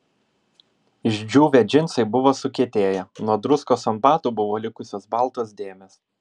išdžiūvę džinsai buvo sukietėję nuo druskos ant batų buvo likusios baltos dėmės